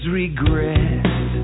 regret